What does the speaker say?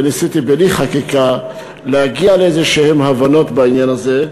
וניסיתי להגיע בלי חקיקה להבנות בעניין הזה,